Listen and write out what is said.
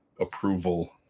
approval